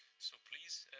so please,